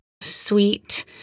Sweet